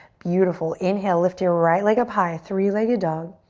beautiful, inhale, lift your right leg up high, three-legged dog.